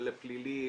לפליליים,